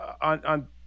on –